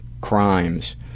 crimes